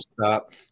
stop